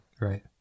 Right